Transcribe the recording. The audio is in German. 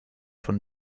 von